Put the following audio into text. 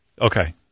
okay